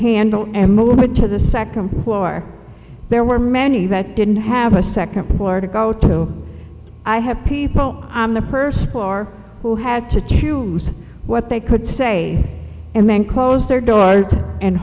handle and move it to the second floor there were many that didn't have a second floor to go to i have people i'm the person who had to choose what they could say and then close their doors and